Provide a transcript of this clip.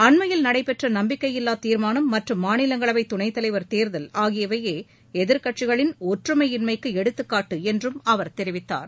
அண்மையில் நடைபெற்ற நம்பிக்கையில்லா தீர்மானம் மற்றும் மாநிலங்களவை துணைத்தலைவர் தேர்தல் ஆகியவையே எதிர்க்கட்சிகளின் ஒற்றுமையின்மைக்கு எடுத்துக்காட்டு என்றும் அவர் தெரிவித்தார்